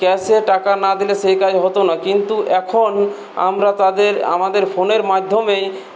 ক্যাশে টাকা না দিলে সেই কাজ হতো না কিন্তু এখন আমরা তাদের আমাদের ফোনের মাধ্যমে